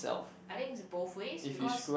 I think is both ways because